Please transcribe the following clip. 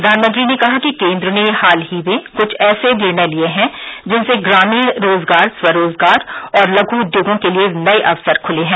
प्रधानमंत्री ने कहा कि केन्द्र ने हाल ही में कुछ ऐसे निर्णय लिये है जिनसे ग्रामीण रोजगार स्व रोजगार और लघु उद्योगों के लिए नये अवसर खुले हैं